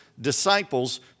disciples